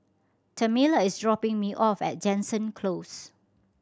Tamela is dropping me off at Jansen Close